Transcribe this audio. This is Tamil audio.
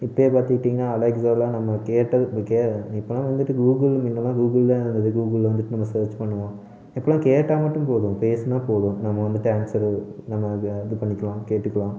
இப்போயே பாத்துகிட்டிங்கனா அலெக்ஸாலாம் நம்ம கேட்டது இப்போலாம் வந்துவிட்டு கூகுள் முன்னலாம் கூகுளில் அததது கூகுளில் வந்துவிட்டு நம்ம சேர்ச் பண்ணுவோம் இப்போலாம் கேட்டால் மட்டும் போதும் பேசினா போதும் நம்ம வந்துவிட்டு ஆன்சரு நம்ம அது இது பண்ணிக்கலாம் கேட்டுக்கலாம்